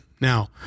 Now